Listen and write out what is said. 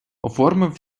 оформив